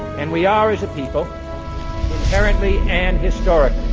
and we are as a people inherently and historically.